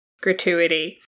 gratuity